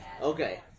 Okay